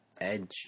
edge